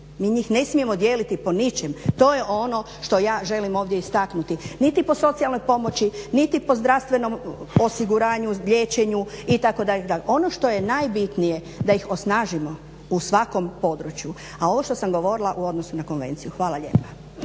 Mi njih ne smijemo dijeliti po ničem, to je ono što ja želim ovdje istaknuti, niti po socijalnoj pomoći, niti po zdravstvenom osiguranju, liječenju itd. Ono što je najbitnije da ih osnažimo u svakom području. A ovo što sam govorila u odnosu na konvenciju. Hvala lijepa.